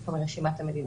מקסיקו מרשימת המדינות.